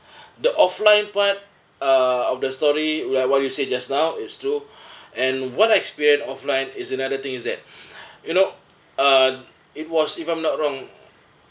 the offline part uh of the story like what you say just now is true and what I experience offline is another thing is that you know uh it was if I'm not wrong